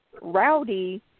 rowdy